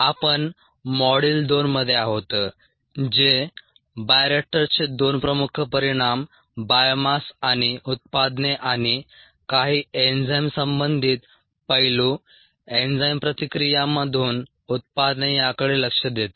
आपण मॉड्यूल 2 मध्ये आहोत जे बायोरिअॅक्टर्सचे दोन प्रमुख परिणाम बायोमास आणि उत्पादने आणि काही एन्झाइम संबंधित पैलू एन्झाइम प्रतिक्रियांमधून उत्पादने याकडे लक्ष देते